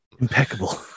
impeccable